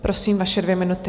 Prosím, vaše dvě minuty.